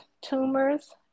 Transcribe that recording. tumors